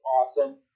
awesome